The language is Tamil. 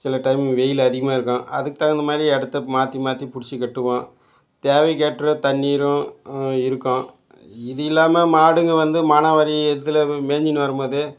சில டைம் வெய்யில் அதிகமாக இருக்கும் அதுக்குத் தகுந்த மாதிரி இடத்த மாற்றி மாற்றி பிடிச்சி கட்டுவோம் தேவைக்கேற்ற தண்ணீரும் இருக்கும் இது இல்லாமல் மாடுங்க வந்து மானாவாரி எடத்துல இப்போ மேய்ஞ்சினு வரும்போது